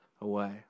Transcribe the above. away